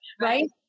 right